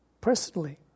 Personally